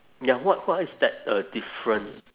ya what what is that uh different